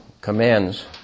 commands